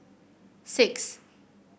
six